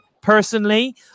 Personally